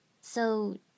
So